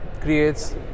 creates